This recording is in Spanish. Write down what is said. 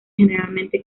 generalmente